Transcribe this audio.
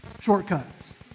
shortcuts